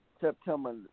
September